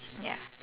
ya